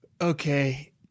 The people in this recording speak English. Okay